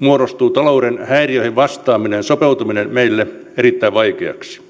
muodostuu talouden häiriöihin vastaaminen sopeutuminen meille erittäin vaikeaksi